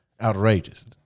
outrageous